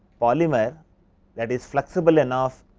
polymer that is flexible enough